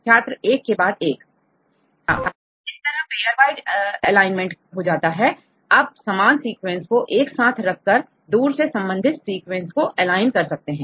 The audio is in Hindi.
छात्र एक के बाद एक इस तरह पेयरवाइज एलाइनमेंट प्राप्त हो जाता है अब सामान सिक्वेंस को एक साथ रख कर दूर से संबंधित सीक्वेंस को एलाइन कर सकते हैं